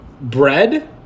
bread